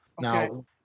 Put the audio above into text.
now